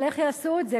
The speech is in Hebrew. אבל איך יעשו את זה?